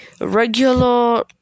regular